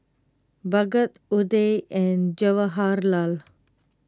Bhagat Udai and Jawaharlal